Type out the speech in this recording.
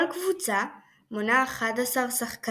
כל קבוצה מונה אחד עשר שחקנים,